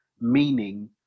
meaning